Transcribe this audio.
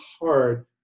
hard